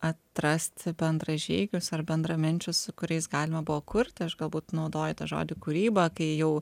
atrasti bendražygius ar bendraminčius kuriais galima buvo kurti aš galbūt naudoju tą žodį kūryba kai jau